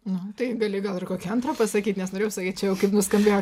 na tai gali gal ir kokį antrą pasakyt nes norėjau sakyt jau kaip nuskambėjo